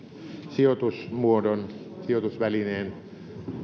sijoitusmuodon sijoitusvälineen